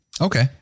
Okay